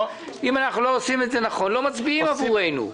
אם אנחנו לא עושים אותה נכון לא מצביעים עבורנו.